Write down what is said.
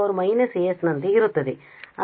ನಂತೆ ಇರುತ್ತದೆ